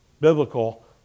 biblical